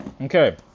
Okay